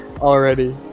already